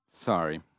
Sorry